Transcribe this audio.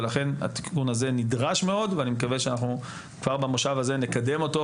ולכן התיקון הזה נדרש מאוד ואני מקווה שאנחנו כבר במושב הזה נקדם אותו,